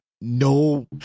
no